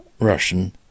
Russian